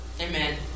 Amen